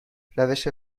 روش